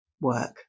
work